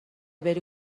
بری